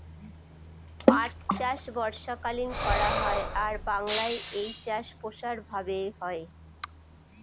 পাট চাষ বর্ষাকালীন করা হয় আর বাংলায় এই চাষ প্রসার ভাবে হয়